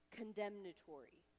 condemnatory